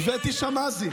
הבאתי שוטרים.